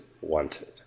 wanted